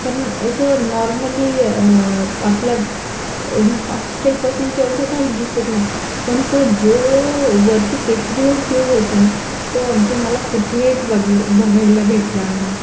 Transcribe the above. कारण असं नॉर्मली आपल्या ग होस्टेलपासून तेवढं काही दिसत नाही पण तो जो वरती टेकडीवर व्ह्यू होता ना तो अगदी मला कुठेच बगला बघायला भेटला नाही